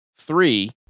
three